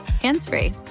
hands-free